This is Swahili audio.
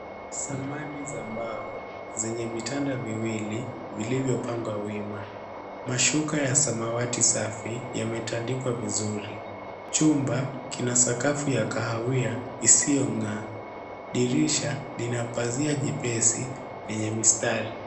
Samani za mbao zenye vitanda viwili vilivyopangwa wima, mashuka ya samawati safi yametandikwa vizuri. Chumba kina sakafu ya kahawia isiyo ngaa. Dirisha lina pazia jepesi lenye mistari.